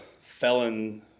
felon